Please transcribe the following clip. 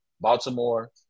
Baltimore